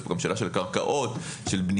יש פה גם שאלה של קרקעות, של בנייה.